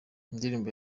ndirimbo